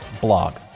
blog